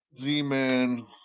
Z-Man